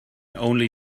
only